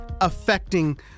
affecting